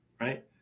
Right